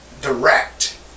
direct